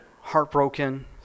heartbroken